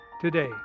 today